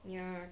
ya